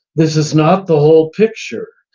this is not the whole picture.